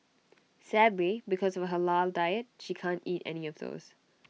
sadly because of her Halal diet she can't eat any of those